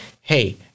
hey